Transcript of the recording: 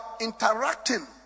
interacting